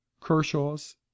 Kershaw's